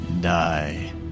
die